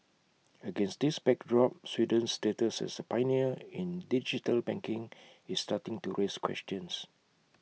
against this backdrop Sweden's status as A pioneer in digital banking is starting to raise questions